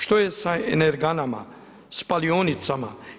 Što je sa energanama, spalionicama?